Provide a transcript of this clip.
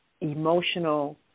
emotional